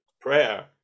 prayer